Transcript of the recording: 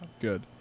Good